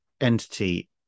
entity